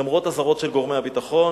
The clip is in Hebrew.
למרות אזהרות של גורמי הביטחון.